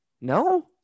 no